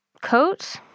coat